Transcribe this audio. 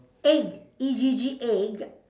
egg E G G egg